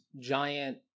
giant